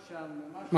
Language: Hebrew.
מה שאמרו, זה שיהיה.